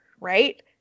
right